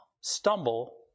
stumble